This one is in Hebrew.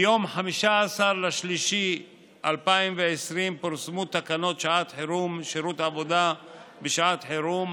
ביום 15 במרץ 2020 פורסמו תקנות שעת חירום (שירות עבודה בשעת חירום),